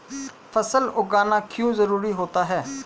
फसल उगाना क्यों जरूरी होता है?